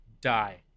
Die